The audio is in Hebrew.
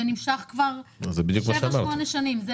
זה נמשך כבר שבע שמונה שנים.